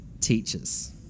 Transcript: teachers